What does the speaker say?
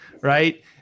right